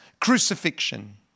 crucifixion